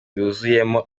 yuzuyemo